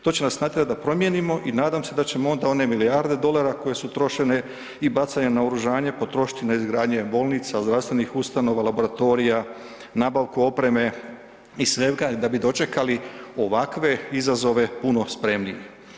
To će nas natjerat da promijenimo i nadam se da ćemo onda one milijarde dolara koje su trošene i bacanje na oružanje potrošiti na izgradnje bolnica, zdravstvenih ustanova, laboratorija, nabavku opreme i svega da bi dočekali ovakve izazove puno spremniji.